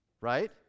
right